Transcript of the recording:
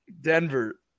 Denver